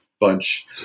bunch